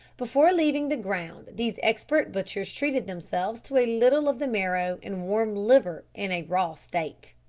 before leaving the ground these expert butchers treated themselves to a little of the marrow and warm liver in a raw state!